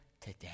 today